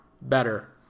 better